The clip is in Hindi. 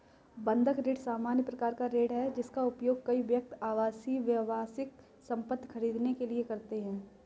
बंधक ऋण सामान्य प्रकार का ऋण है, जिसका उपयोग कई व्यक्ति आवासीय, व्यावसायिक संपत्ति खरीदने के लिए करते हैं